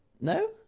No